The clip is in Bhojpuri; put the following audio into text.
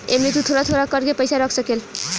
एमे तु थोड़ा थोड़ा कर के पईसा रख सकेल